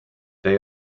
they